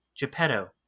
Geppetto